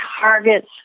targets